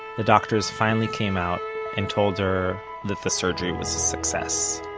the doctors finally came out and told her that the surgery was a success.